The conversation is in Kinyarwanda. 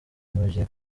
bagiye